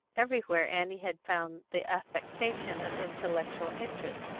everywhere annie had found the affectation of intellectual interests,